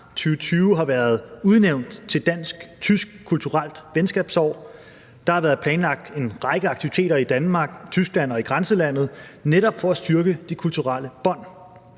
2020 har været udnævnt til dansk-tysk kulturelt venskabsår. Der har været planlagt en række aktiviteter i Danmark, Tyskland og i grænselandet netop for at styrke de kulturelle bånd.